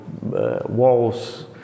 walls